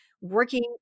working